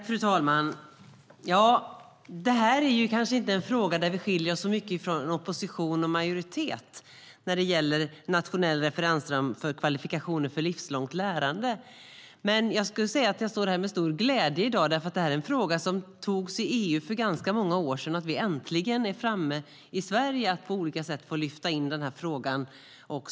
Fru talman! Detta är en fråga där vi kanske inte skiljer oss så mycket från opposition och majoritet. Det gäller nationell referensram för kvalifikationer för livslångt lärande. Jag står här med stor glädje i dag. Detta är en fråga som antogs i EU för ganska många år sedan. Nu är vi äntligen framme i Sverige med att på olika sätt också lyfta in frågan.